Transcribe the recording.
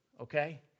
okay